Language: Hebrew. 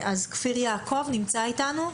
כפיר יעקב נמצא איתנו?